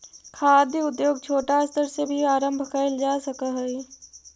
खाद्य उद्योग छोटा स्तर से भी आरंभ कैल जा सक हइ